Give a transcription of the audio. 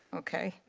okay.